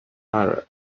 arab